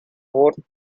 fort